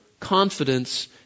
confidence